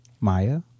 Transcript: Maya